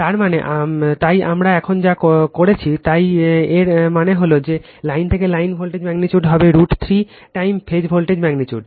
তার মানে তাই আমরা এখন যা করেছি তাই এর মানে হল যে লাইন থেকে লাইন ভোল্টেজ ম্যাগনিটিউড হবে root 3 time phase voltage magnitude